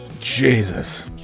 Jesus